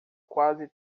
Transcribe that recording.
quase